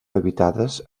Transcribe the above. habitades